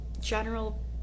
general